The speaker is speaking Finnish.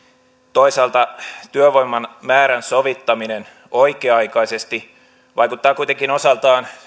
toisaalta työvoiman määrän sovittaminen oikea aikaisesti vaikuttaa kuitenkin osaltaan